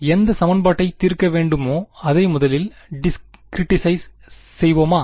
எந்த சமன்பாட்டை தீர்க்க வேண்டுமோஅதை முதலில் டிஸ்கிரிட்டிஸிஸ் செய்வோமா